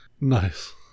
nice